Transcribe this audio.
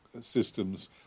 systems